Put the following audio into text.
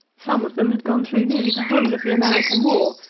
some of them had gone through nearly the whole of the american war.